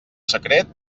secret